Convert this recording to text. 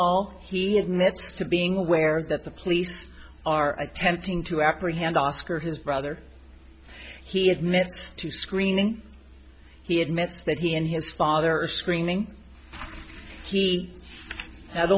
all he admits to being aware that the police are attempting to apprehend oscar his brother he admits to screening he had minutes that he and his father are screaming he had